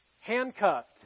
handcuffed